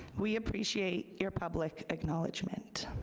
we appreciate your public acknowledgement.